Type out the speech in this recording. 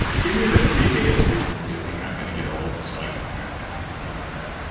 give me the three biggest reasons you think i'm going to get old, so i can hack them. what are they?